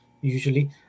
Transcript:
usually